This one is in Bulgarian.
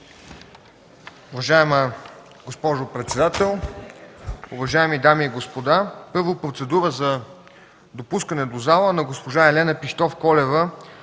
Уважаема госпожо председател, уважаеми дами и господа! Първо – процедура за допускане до залата на госпожа Елена Пищовколева,